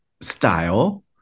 style